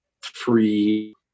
free